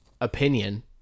opinion